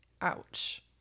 Ouch